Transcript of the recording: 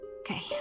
Okay